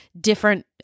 different